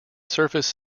service